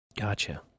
Gotcha